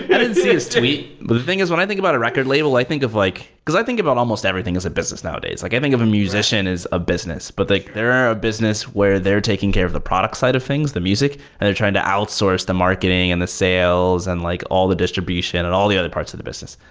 but tweet. but the thing is when i think about a record label, i think of like because i think about almost everything as a business nowadays. like i think of a musician as a business. but like they're a business where they're taking care of the product side of things, the music, and they're trying to outsource the marketing and the sales and like all the distribution and all the other parts of the business.